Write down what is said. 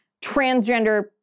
transgender